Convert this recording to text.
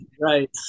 right